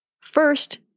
First